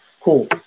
Cool